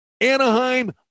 Anaheim